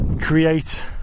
create